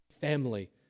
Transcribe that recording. family